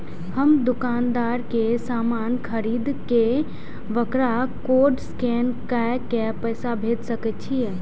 हम दुकानदार के समान खरीद के वकरा कोड स्कैन काय के पैसा भेज सके छिए?